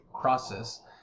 process